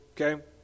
Okay